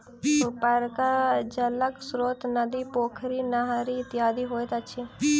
उपरका जलक स्रोत नदी, पोखरि, नहरि इत्यादि होइत अछि